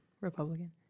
Republican